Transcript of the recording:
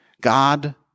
God